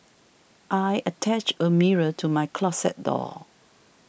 I attached a mirror to my closet door